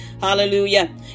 Hallelujah